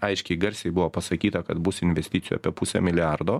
aiškiai garsiai buvo pasakyta kad bus investicijų apie pusę milijardo